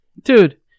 Dude